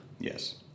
Yes